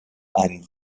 ein